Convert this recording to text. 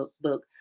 book